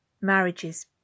marriages